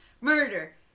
murder